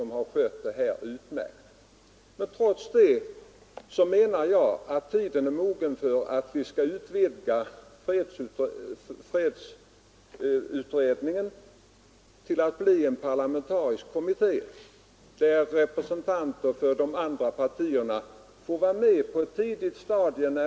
Trots det anser jag att tiden är mogen att utvidga fredsorganisationsutredningen till en parlamentarisk kommitté, där representanter för övriga partier får delta i planeringsarbetet på ett tidigt stadium.